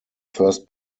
first